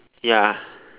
ya